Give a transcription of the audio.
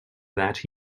that